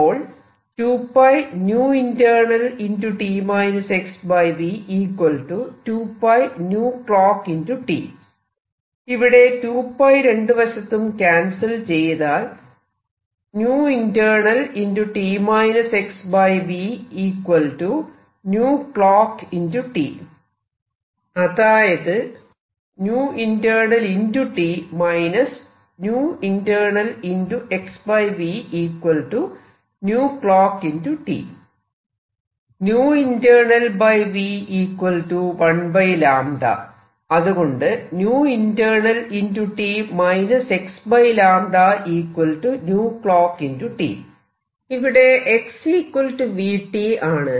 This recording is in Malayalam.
അപ്പോൾ ഇവിടെ 2π രണ്ടു വശത്തും ക്യാൻസൽ ചെയ്താൽ അതായത് 𝜈internal v 1 𝜆 അതുകൊണ്ട് ഇവിടെ x vt ആണ്